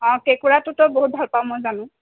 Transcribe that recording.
অঁ কেঁকুৰাটো তই বহুত ভাল পাৱ মই জানো